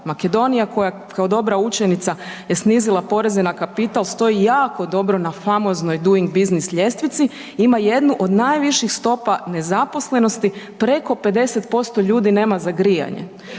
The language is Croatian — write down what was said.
Makedonija koja kao dobra učenica je snizila poreze na kapital što je jako dobro na famoznoj Doing Business ljestvici, ima jednu od najviši stopa nezaposlenosti, preko 50% ljudi nema za grijanje.